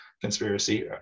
conspiracy